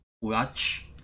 watch